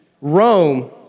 Rome